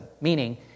meaning